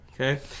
Okay